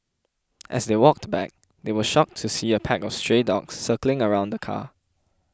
as they walked back they were shocked to see a pack of stray dogs circling around the car